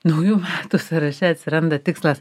naujų metų sąraše atsiranda tikslas